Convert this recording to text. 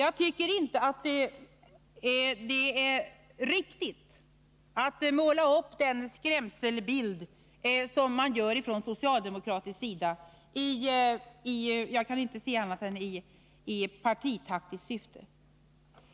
Jag tycker inte att det är statsverksamheten, riktigt att som socialdemokraterna i partitaktiskt syfte — jag kan inte säga — mm.m. annat — måla upp denna skrämselbild.